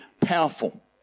powerful